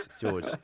George